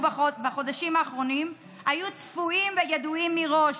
בחודשים האחרונים היו צפויים וידועים מראש.